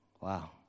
Wow